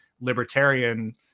libertarian